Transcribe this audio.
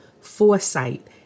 foresight